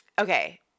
Okay